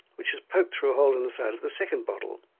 which is poked through a hole in the side of the second bottle.